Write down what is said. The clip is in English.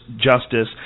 justice